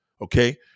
Okay